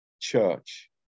church